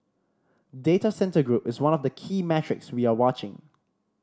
data centre group is one of the key metrics we are watching